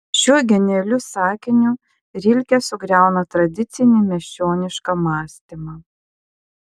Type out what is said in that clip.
šiuo genialiu sakiniu rilke sugriauna tradicinį miesčionišką mąstymą